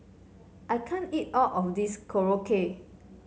I can't eat all of this Korokke